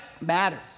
matters